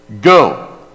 Go